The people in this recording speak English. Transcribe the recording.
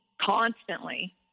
constantly